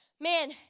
Man